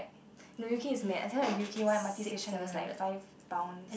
no U_K is mad I heard that U_K one M_R_T station is like five pounds